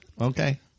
okay